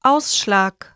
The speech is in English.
Ausschlag